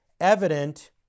evident